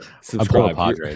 Subscribe